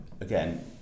Again